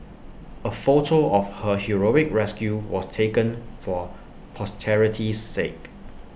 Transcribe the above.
A photo of her heroic rescue was taken for posterity's sake